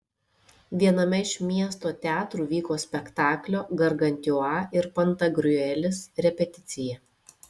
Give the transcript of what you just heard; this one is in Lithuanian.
viename iš miesto teatrų vyko spektaklio gargantiua ir pantagriuelis repeticija